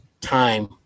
time